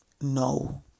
no